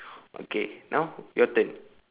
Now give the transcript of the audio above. okay now your turn